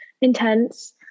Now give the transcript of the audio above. Intense